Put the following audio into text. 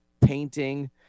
painting